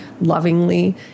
lovingly